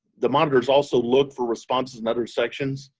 the monitors also look for responses in other sections.